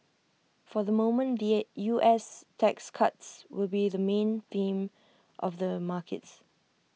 for the moment the U S tax cuts will be the main theme of the markets